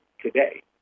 today